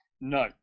no